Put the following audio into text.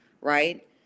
right